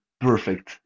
perfect